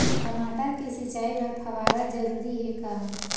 टमाटर के सिंचाई बर फव्वारा जरूरी हे का?